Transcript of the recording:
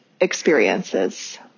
experiences